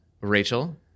Rachel